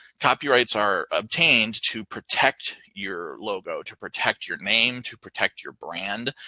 copyrights are obtained to protect your logo, to protect your name, to protect your brand,